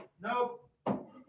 Nope